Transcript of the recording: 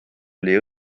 oli